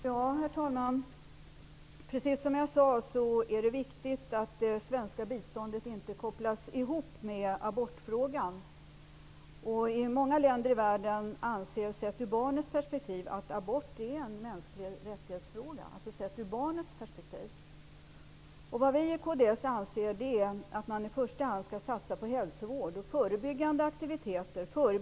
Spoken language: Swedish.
Herr talman! Det är precis som jag sade i mitt anförande viktigt att det svenska biståndet inte kopplas ihop med abortfrågan. I många länder i världen anser man att abort är en fråga om mänskliga rättigheter, sett ur barnets perspektiv. Vi i kds anser att man i första hand skall satsa på hälsovård och förebyggande verksamhet.